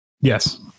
Yes